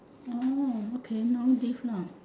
oh okay no diff lah